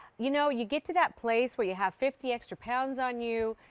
you know you get to that place where you have fifty extra pounds on you,